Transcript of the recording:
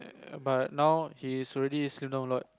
but now he is already slim down a lot